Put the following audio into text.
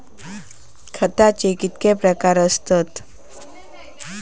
खताचे कितके प्रकार असतत?